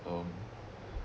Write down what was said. um